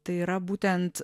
tai yra būtent